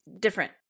different